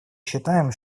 считаем